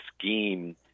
scheme